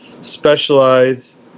specialize